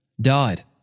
died